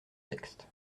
texte